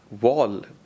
wall